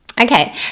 Okay